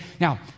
Now